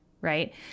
right